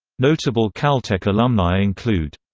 notable caltech alumni include